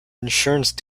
insurance